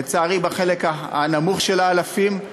לצערי בחלק הנמוך של האלפים,